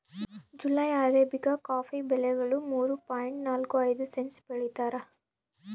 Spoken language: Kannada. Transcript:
ಜುಲೈ ಅರೇಬಿಕಾ ಕಾಫಿ ಬೆಲೆಗಳು ಮೂರು ಪಾಯಿಂಟ್ ನಾಲ್ಕು ಐದು ಸೆಂಟ್ಸ್ ಬೆಳೀತಾರ